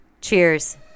cheers